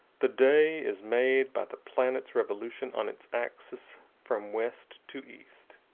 the day is made by the planet's revolution on its axis from west to east.